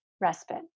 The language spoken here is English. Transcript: respite